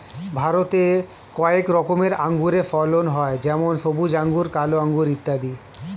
ভারতে কয়েক রকমের আঙুরের ফলন হয় যেমন সবুজ আঙুর, কালো আঙুর ইত্যাদি